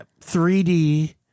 3D